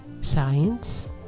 science